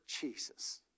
Jesus